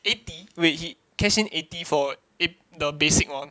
eighty wait he cash in eighty for it the basic one